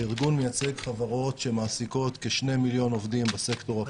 הארגון מייצג חברות שמעסיקות כ-2 מיליון עובדים בסקטור הפרטי.